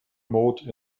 mode